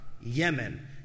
Yemen